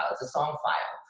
ah the song file,